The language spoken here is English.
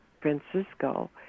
Francisco